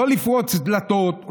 לא לפרוץ דלתות,